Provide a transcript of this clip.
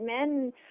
men